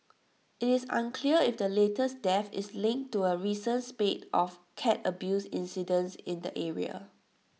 IT is unclear if the latest death is linked to A recent spate of cat abuse incidents in the area